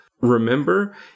remember